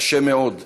קשה מאוד,